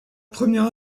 première